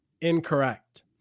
incorrect